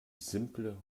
simple